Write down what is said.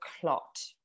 clot